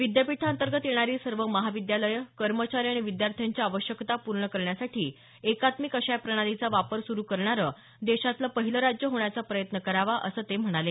विद्यापीठाअंतर्गत येणारी सर्व महाविद्यालयं कर्मचारी आणि विद्यार्थ्यांच्या आवश्यकता पूर्ण करण्यासाठी एकात्मिक अशा या प्रणालीचा वापर सुरु करणारं देशातलं पहिलं राज्य होण्याचा प्रयत्न करावा असं ते म्हणाले